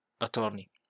attorney